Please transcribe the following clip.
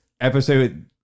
episode